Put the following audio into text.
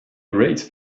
great